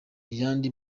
yandi